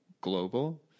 global